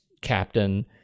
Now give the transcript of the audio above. captain